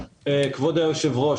כבוד היושב-ראש,